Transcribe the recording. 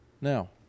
Now